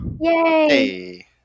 Yay